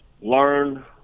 learn